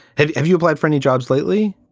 have have you applied for any jobs lately?